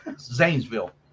Zanesville